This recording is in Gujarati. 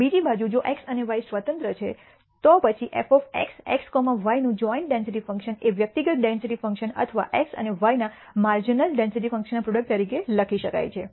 બીજી બાજુ જો x અને y સ્વતંત્ર છે તો પછી f x કૉમા y નું જોઈન્ટ ડેન્સિટી ફંકશન એ વ્યક્તિગત ડેન્સિટી ફંકશન અથવા x અને y ના માર્જનલ ડેન્સિટી ફંકશન ના પ્રોડક્ટ તરીકે લખી શકાય છે